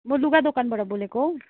म लुगा देकानबाट बोलेको